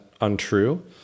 untrue